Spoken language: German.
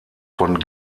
von